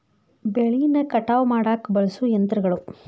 ಬೆಳಿನ ಕಟಾವ ಮಾಡಾಕ ಬಳಸು ಯಂತ್ರಗಳು